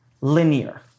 linear